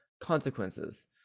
consequences